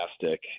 Fantastic